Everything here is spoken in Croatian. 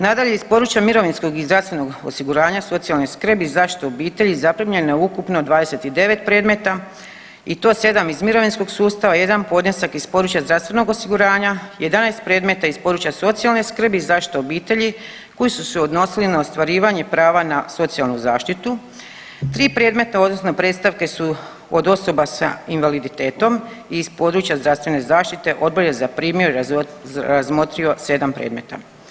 Nadalje, iz područja mirovinskog i zdravstvenog osiguranja, socijalne skrbi i zaštite obitelji zaprimljeno je ukupno 29 predmeta i to 7 iz mirovinskog sustava, jedan podnesak iz područja zdravstvenog osiguranja, 11 predmeta iz područja socijalne skrbi i zaštite obitelji koji su se odnosili na ostvarivanje prava na socijalnu zaštitu, 3 predmeta odnosno predstavke su od osoba sa invaliditetom i iz područja zdravstvene zaštite odbor je zaprimio i razmotrio 7 predmeta.